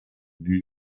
new